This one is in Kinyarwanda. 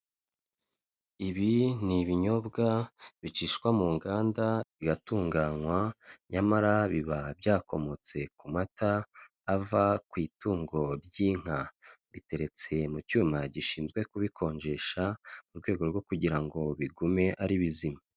Ibi ni ibinyobwa bicishwa mu nganda bigatunganywa, nyamara biba byakomotse ku mata ava ku itungo ry'inka. Biteretse mu cyuma gishinzwe kubikonjesha mu rwego rwo kugira ngo bigume ari bizima.